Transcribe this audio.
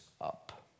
up